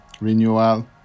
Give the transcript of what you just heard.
renewal